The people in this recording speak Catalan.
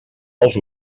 els